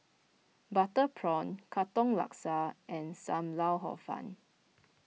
Butter Prawn Katong Laksa and Sam Lau Hor Fun